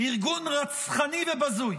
ארגון רצחני ובזוי